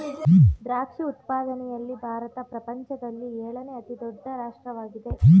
ದ್ರಾಕ್ಷಿ ಉತ್ಪಾದನೆಯಲ್ಲಿ ಭಾರತ ಪ್ರಪಂಚದಲ್ಲಿ ಏಳನೇ ಅತಿ ದೊಡ್ಡ ರಾಷ್ಟ್ರವಾಗಿದೆ